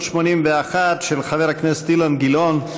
581, של חבר הכנסת אילן גילאון.